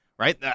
Right